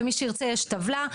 ומי שירצה יש טבלה,